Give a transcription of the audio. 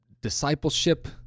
Discipleship